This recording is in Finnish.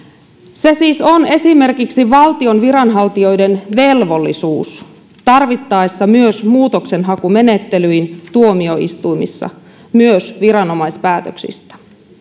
se siis on esimerkiksi valtion viranhaltijoiden velvollisuus tarvittaessa myös muutoksenhakumenettelyin tuomioistuimissa myös viranomaispäätöksistä